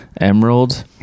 emerald